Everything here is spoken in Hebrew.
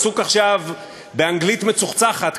הוא עסוק עכשיו באנגלית מצוחצחת,